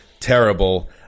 Terrible